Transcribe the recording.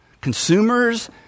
Consumers